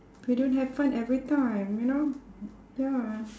we don't have fun every time you know ya